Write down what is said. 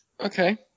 Okay